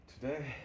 Today